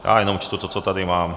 Já jenom čtu to, co tady mám.